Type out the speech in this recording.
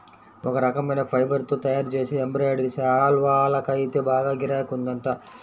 ఒక రకమైన ఫైబర్ తో తయ్యారుజేసే ఎంబ్రాయిడరీ శాల్వాకైతే బాగా గిరాకీ ఉందంట